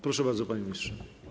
Proszę bardzo, panie ministrze.